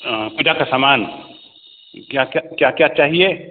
हाँ पूजा का सामान क्या क्या क्या क्या चाहिए